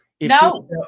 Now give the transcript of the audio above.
No